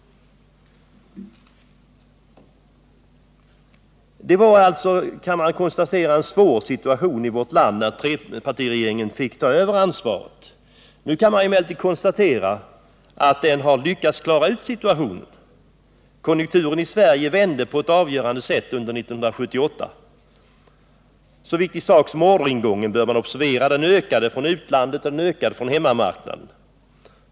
Det var alltså en svår situation i vårt land när trepartiregeringen fick ta över ansvaret. Nu kan man emellertid konstatera att den lyckades klara ut situationen. Konjunkturen i Sverige vände på ett avgörande sätt under 1978. Orderingången ökade både från utlandet och från hemmamarknaden.